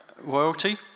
royalty